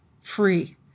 free